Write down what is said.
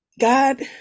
God